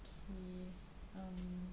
okay um